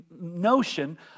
notion